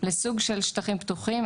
לסוג של שטחים פתוחים".